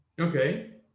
Okay